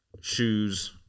shoes